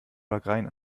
wagrain